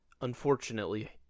unfortunately